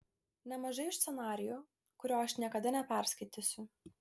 nemažai už scenarijų kurio aš niekada neperskaitysiu